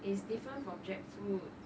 is different from jackfruit